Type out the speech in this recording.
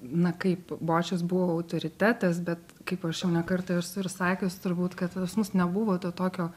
na kaip bočius buvo autoritetas bet kaip aš jau ne kartą esu ir sakius turbūt kad pas mus nebuvo to tokio